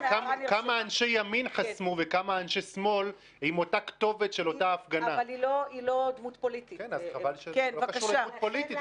זה לא בקשות של חברי כנסת.